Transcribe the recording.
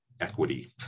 equity